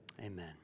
amen